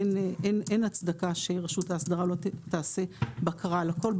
אין הצדקה שרשות האסדרה לא תעשה בקרה על הכל.